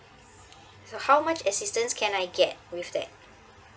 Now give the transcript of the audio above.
so how much assistance can I get with that